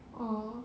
orh